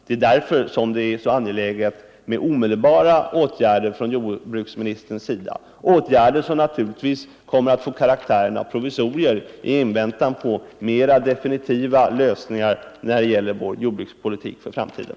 Det är därför som det är så angeläget med omedelbara åtgärder från jordbruksministerns sida, åtgärder som naturligtvis kommer att få karaktären av provisorier i väntan på mera definitiva lösningar när det gäller vår jordbrukspolitik i framtiden.